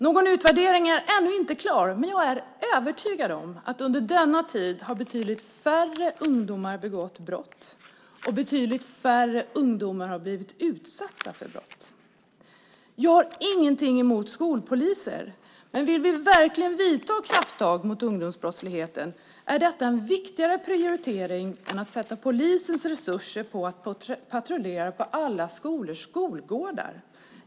Någon utvärdering är ännu inte klar, men jag är övertygad om att under denna tid har betydligt färre ungdomar begått brott och betydligt färre ungdomar blivit utsatta för brott. Jag har ingenting emot skolpoliser, men vill vi verkligen vidta krafttag mot ungdomsbrottsligheten är detta en viktigare prioritering än att sätta polisens resurser på patrullering på alla skolors skolgårdar.